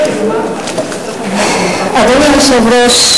אדוני היושב-ראש,